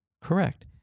correct